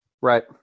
right